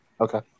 Okay